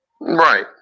Right